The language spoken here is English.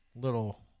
little